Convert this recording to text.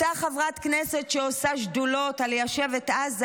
אותה חברת כנסת שעושה שדולות על ליישב את עזה,